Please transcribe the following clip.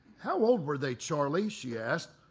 how old were they, charlie? she asked.